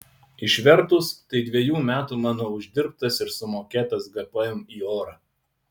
išvertus tai dviejų metų mano uždirbtas ir sumokėtas gpm į orą